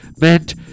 meant